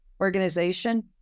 organization